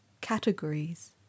categories